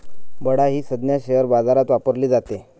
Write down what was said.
बडा ही संज्ञा शेअर बाजारात वापरली जाते